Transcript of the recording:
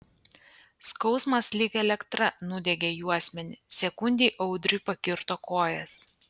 skausmas lyg elektra nudiegė juosmenį sekundei audriui pakirto kojas